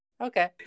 Okay